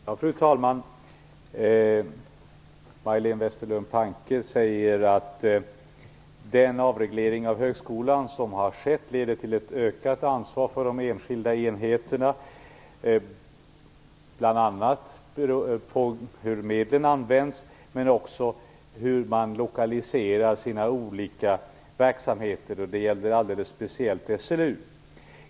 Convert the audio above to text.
Fru talman! Majléne Westerlund Panke säger att den avreglering av högskolan som har skett leder till ett ökat ansvar för de enskilda enheterna, bl.a. för hur medlen används, men också för hur man lokaliserar sina olika verksamheter, och att det gäller alldeles speciellt SLU.